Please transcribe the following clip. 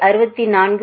5